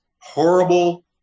horrible